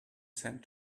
sent